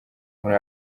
muri